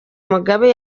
mugabe